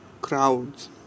crowds